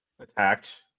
attacked